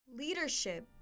Leadership